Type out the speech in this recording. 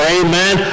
amen